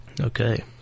Okay